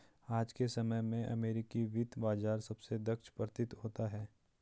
आज के समय में अमेरिकी वित्त बाजार सबसे दक्ष प्रतीत होता है